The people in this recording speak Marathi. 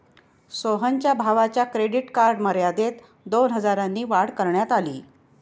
सोहनच्या भावाच्या क्रेडिट कार्ड मर्यादेत दोन हजारांनी वाढ करण्यात आली